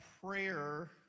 prayer